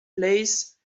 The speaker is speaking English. place